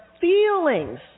feelings